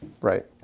Right